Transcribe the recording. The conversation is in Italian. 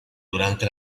durante